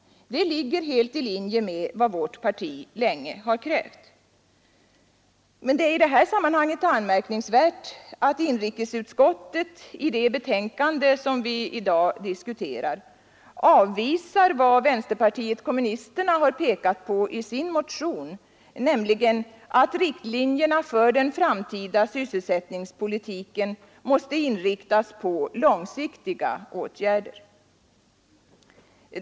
Det ligger helt i linje med vad vårt parti länge har krävt. Det är i detta sammanhang dock anmärkningsvärt att inrikesutskottet i det betänkande som vi i dag behandlar avvisar vad vänsterpartiet kommunisterna har pekat på i sin motion, nämligen att riktlinjerna för den framtida sysselsättningspolitiken måste vara långsiktiga åtgärder.